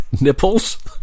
nipples